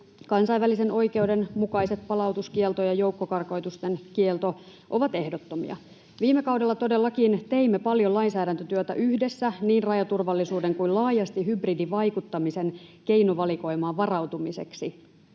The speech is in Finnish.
Kansainvälisen oikeuden mukaiset palautuskielto ja joukkokarkotusten kielto ovat ehdottomia. Viime kaudella todellakin teimme paljon lainsäädäntötyötä yhdessä niin rajaturvallisuuden kuin laajasti hybridivaikuttamisen keinovalikoimaan varautumiseksi,